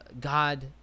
God